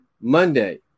Monday